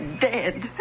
dead